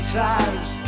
times